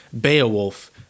Beowulf